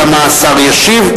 כמה השר ישיב,